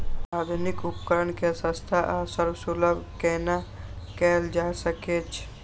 आधुनिक उपकण के सस्ता आर सर्वसुलभ केना कैयल जाए सकेछ?